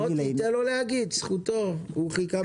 מוטי, תן לו לומר, זכותו, הוא חיכה בסבלנות.